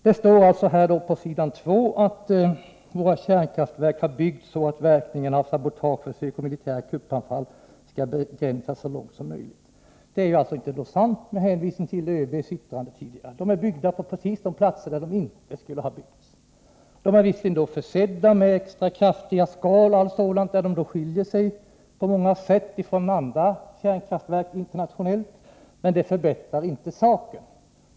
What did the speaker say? Det står i svaret: ”Våra kärnkraftverk har byggts så att verkningarna av sabotageförsök och militära kuppanfall skall begränsas så långt möjligt.” Det är alltså inte sant — vill jag säga med hänvisning till ÖB:s yttrande tidigare. Kärnkraftverken är byggda på precis de platser där de inte skulle ha byggts. De är visserligen försedda med extra kraftiga skal m.m., och de skiljer sig på många sätt från andra kärnkraftverk utomlands, men det förbättrar inte saken.